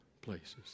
places